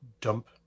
dump